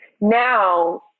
Now